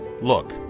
Look